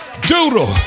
Doodle